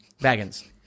Baggins